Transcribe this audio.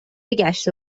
گشت